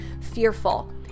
fearful